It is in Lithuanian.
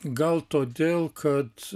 gal todėl kad